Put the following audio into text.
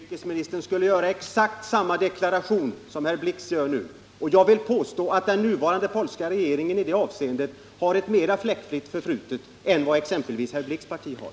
Herr talman! Den polske utrikesministern skulle göra exakt samma deklaration som den herr Blix nu gör. Och jag vill påstå att den nuvarande polska regeringen i det avseendet har ett mer fläckfritt förflutet än vad exempelvis herr Blix parti har.